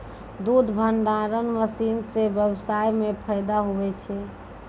दुध भंडारण मशीन से व्यबसाय मे फैदा हुवै छै